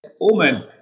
Omen